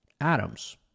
atoms